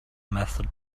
method